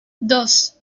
dos